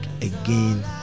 again